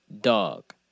dog